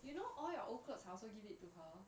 you know all your old clothes I also give it to her